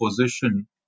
position